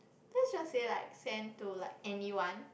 let's just say like send to like anyone